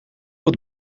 het